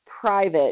private